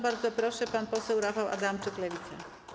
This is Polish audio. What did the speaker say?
Bardzo proszę, pan poseł Rafał Adamczyk, Lewica.